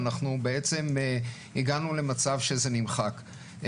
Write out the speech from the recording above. אנחנו בעצם הגענו למצב שזה נמחק.